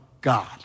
God